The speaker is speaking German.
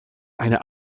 eine